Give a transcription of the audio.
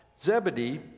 Zebedee